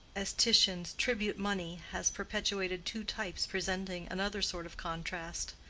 as titian's tribute money has perpetuated two types presenting another sort of contrast.